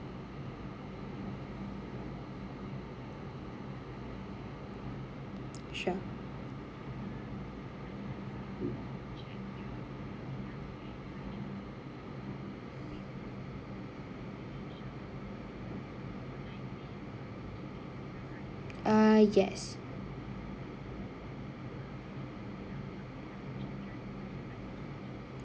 sure uh yes